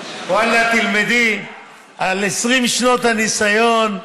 ואללה, תלמדי מ-20 שנות ניסיון.